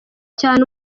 cyane